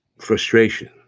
frustration